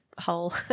hole